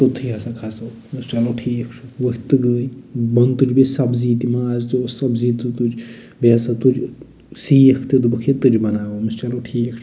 توٚتتھٕے ہَسا کھَسو مےٚ دوٚپُس چلو ٹھیٖک چھُ ؤتھۍ تہٕ گٔے بۅنہٕ تُج بیٚیہِ سبزی تہِ ماز تہِ اوس سبزی تہِ تُج بیٚیہِ ہَسا تُج سیٖکھ تہٕ دوٚپُکھ ہے تُجہِ بناوو مےٚ دوٚپُک چلو ٹھیٖک چھُ